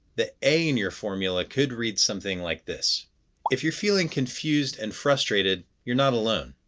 the a in your formula could read something like this if you're feeling confused and frustrated you're not alone.